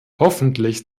hoffentlich